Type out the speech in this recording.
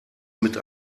mit